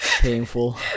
painful